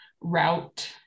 route